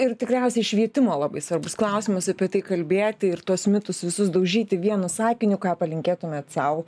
ir tikriausiai švietimo labai svarbus klausimas apie tai kalbėti ir tuos mitus visus daužyti vienu sakiniu ką palinkėtumėt sau